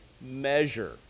measure